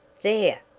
there!